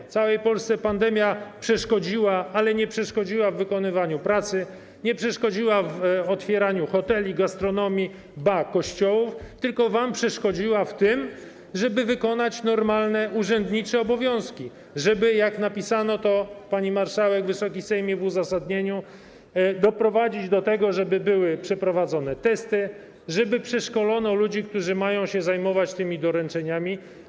W całej Polsce pandemia przeszkodziła, ale nie przeszkodziła w wykonywaniu pracy, nie przeszkodziła w otwieraniu hoteli, gastronomii, ba, kościołów, tylko wam przeszkodziła w tym, żeby wykonać normalne urzędnicze obowiązki, żeby - jak to napisano, pani marszałek, Wysoki Sejmie, w uzasadnieniu - doprowadzić do tego, żeby były przeprowadzone testy, żeby przeszkolono ludzi, którzy mają się zajmować tymi doręczeniami.